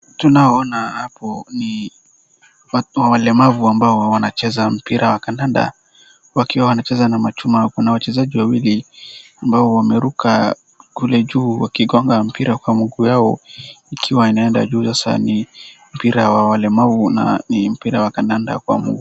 Tunaoona hapo ni walemavu ambao wanacheza mpira wa kadanda wakiwa wanacheza na machuma hapo, na wachezaji wawili ambao wameruka kule juu wakigonga mpira kwa mguu yao, ikiwa inaenda juu sasa ni mpira wa walemavu na ni mpira wa kadanda wa miguu.